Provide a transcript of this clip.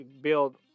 build